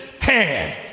hand